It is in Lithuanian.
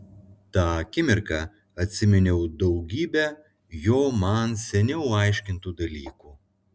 tą akimirką atsiminiau daugybę jo man seniau aiškintų dalykų